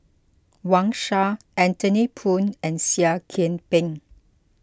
Wang Sha Anthony Poon and Seah Kian Peng